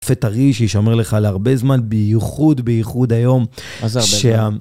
וטרי שישמר לך להרבה זמן, בייחוד בייחוד היום, שה...